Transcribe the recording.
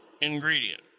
ingredient